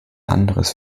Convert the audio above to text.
anderes